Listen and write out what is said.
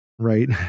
right